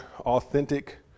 authentic